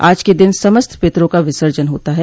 आज के दिन समस्त पितरों का विसर्जन होता है